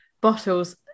bottles